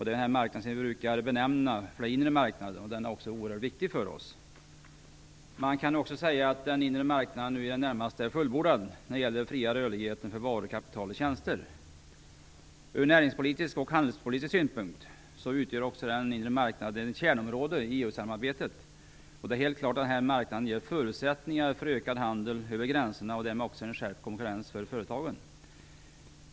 Denna marknad, som vi brukar benämna den inre marknaden, är också oerhört viktig för oss. Man kan också säga att den inre marknaden nu i det närmaste är fullbordad när det gäller den fria rörligheten för varor, kapital och tjänster. Ur näringspolitisk och handelspolitisk synpunkt utgör också den inre marknaden ett kärnområde i EU samarbetet. Helt klart ger denna marknad förutsättningar för ökad handel över gränserna och därmed också skärpt konkurrens mellan företagen.